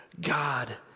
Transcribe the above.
God